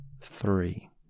three